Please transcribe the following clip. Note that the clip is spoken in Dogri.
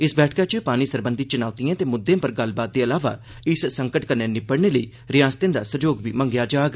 इस बैठका च पानी सरबंधी चुनौतियें दे मुद्दे पर गल्लबात दे इलावा इस संकट कन्नै निबड़नें लेई रयासतें दा सहयोग बी मंगेया जाग